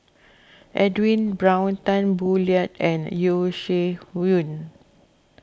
Edwin Brown Tan Boo Liat and Yeo Shih Yun